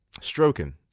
Stroking